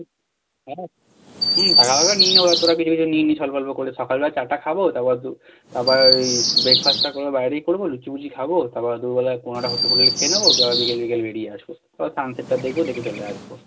টাকা ফাকা নিয়ে নেবো তোরা কিছু কিছু নিয়ে নিস অল্প অল্প করে সকালবেলায় চা টা খাবো তারপর তারপর ওই ব্রেকফাস্টটা বাইরেই করবো লুচি ফুচি খাবো তারপর দুপুরবেলা কোনো একটা হোটেল ফোটেলে খেয়ে নেবো তারপর বিকেল বিকেল বেরিয়ে আসবো তারপর সানসেটটা দেখবো দেখে চলে আসবো